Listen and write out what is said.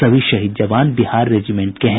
सभी शहीद जवान बिहार रेजिमेंट के हैं